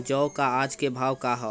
जौ क आज के भाव का ह?